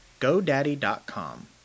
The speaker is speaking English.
GoDaddy.com